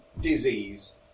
disease